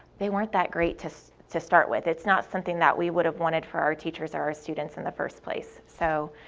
they weren't that great to so to start with, it's not something that we would have wanted for our teachers or students in the first place, so